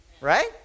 Right